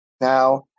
Now